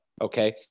Okay